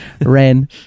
Ren